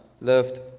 loved